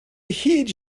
heed